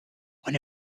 one